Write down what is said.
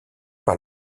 par